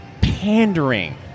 pandering